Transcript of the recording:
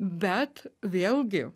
bet vėlgi